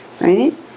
right